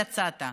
יצאת.